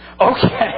okay